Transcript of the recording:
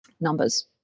numbers